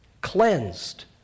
cleansed